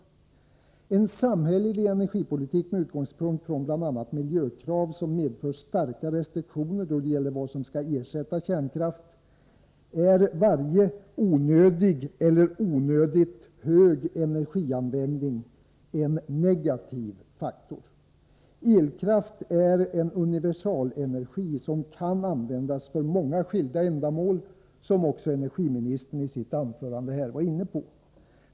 I en samhällelig energipolitik, med utgångspunkt i bl.a. miljökrav som medför starka restriktioner då det gäller vad som skall ersätta kärnkraft, är varje onödig eller onödigt hög energianvändning en negativ faktor. Elkraft är en universalenergi som kan användas för många skilda ändamål, vilket energiministern i sitt anförande var inne på.